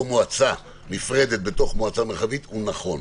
מועצה נפרדת בתוך מועצה מרחבית הוא נכון,